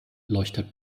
leuchtet